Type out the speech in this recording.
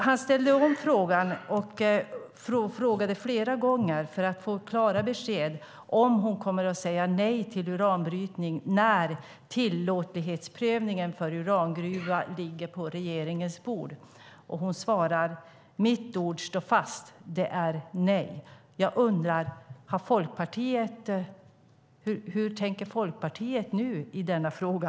Han ställde om frågan flera gånger för att få klara besked om näringsministern kommer att säga nej till uranbrytning när tillåtlighetsprövning för en urangruva ligger på regeringens bord. Hon svarade: Mitt ord står fast, det är nej. Jag undrar: Hur tänker Folkpartiet i denna fråga?